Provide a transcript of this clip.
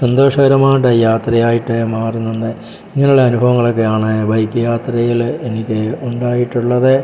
സന്തോഷകരമായിട്ട് യാത്രയായിട്ട് മാറുന്നുണ്ട് ഇങ്ങനെയുള്ള അനുഭവങ്ങളൊക്കെയാണ് ബൈക്ക് യാത്രയിൽ എനിക്ക് ഉണ്ടായിട്ടുള്ളത്